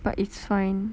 but it's fine